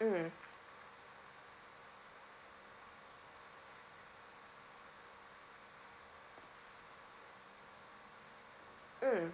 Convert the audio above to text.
mm mm